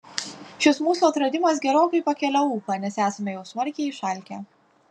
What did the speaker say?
šis mūsų atradimas gerokai pakelia ūpą nes esame jau smarkiai išalkę